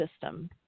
system